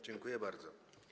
Dziękuję bardzo.